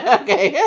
okay